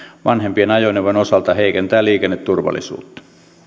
vanhempien ajoneuvojen osalta heikentää liikenneturvallisuutta